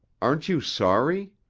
aren't you sorry?